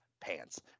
pants